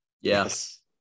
Yes